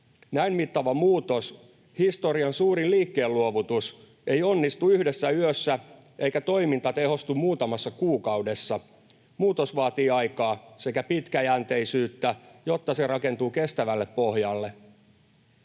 Näin mittava muutos, historian suurin liikkeen luovutus, ei onnistu yhdessä yössä, eikä toiminta tehostu muutamassa kuukaudessa. Muutos vaatii aikaa sekä pitkäjänteisyyttä, jotta se rakentuu kestävälle pohjalle.